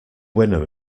winner